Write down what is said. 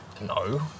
No